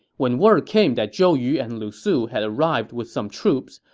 when word came that zhou yu and lu su had arrived with some troops,